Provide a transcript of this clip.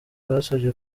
basabye